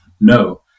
no